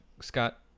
Scott